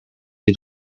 you